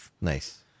Nice